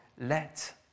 let